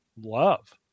love